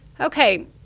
Okay